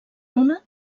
runa